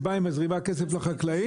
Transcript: שבה היא מזרימה כסף לחקלאים,